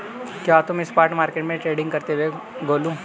क्या तुम spot market में ट्रेडिंग करते हो गोलू?